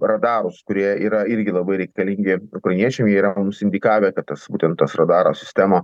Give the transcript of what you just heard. radarus kurie yra irgi labai reikalingi ukrainiečiam jie yra mums indikavę kad tas būtent tas radaras sistema